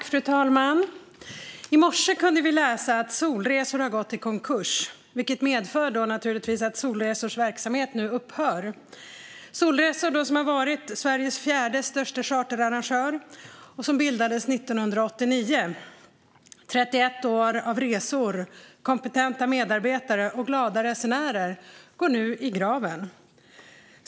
Fru talman! I morse kunde vi läsa att Solresor har gått i konkurs, vilket naturligtvis medför att Solresors verksamhet nu upphör. Solresor, som har varit Sveriges fjärde största charterarrangör och som bildades 1989 - 31 år av resor, kompetenta medarbetare och glada resenärer - går nu i graven.